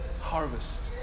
harvest